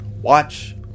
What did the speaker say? Watch